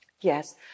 Yes